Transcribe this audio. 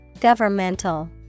Governmental